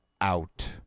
out